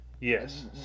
Yes